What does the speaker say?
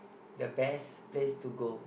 the best place to go